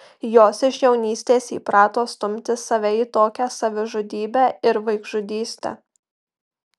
jos iš jaunystės įprato stumti save į tokią savižudybę ir vaikžudystę